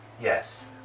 Yes